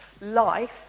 life